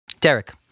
Derek